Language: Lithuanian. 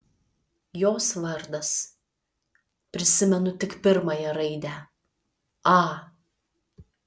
jos vardas prisimenu tik pirmąją raidę a